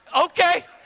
okay